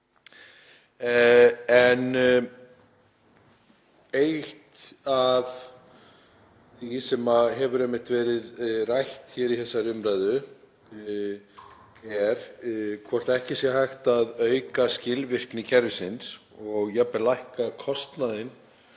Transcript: en eitt af því sem hefur verið rætt í þessari umræðu er hvort ekki sé hægt að auka skilvirkni kerfisins og jafnvel lækka kostnaðinn